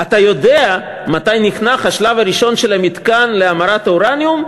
"אתה יודע מתי נחנך השלב הראשון של המתקן להמרת האורניום?